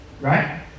Right